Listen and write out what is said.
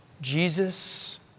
Jesus